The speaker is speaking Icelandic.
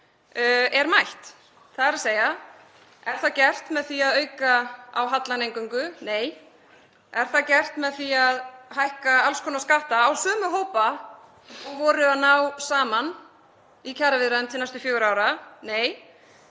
er mætt. Er það gert með því að auka á hallann eingöngu? Nei. Er það gert með því að hækka alls konar skatta á sömu hópa og voru að ná saman í kjaraviðræðum til næstu fjögurra ára? Nei.